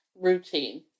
routine